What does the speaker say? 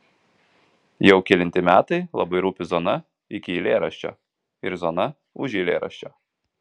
jau kelinti metai labai rūpi zona iki eilėraščio ir zona už eilėraščio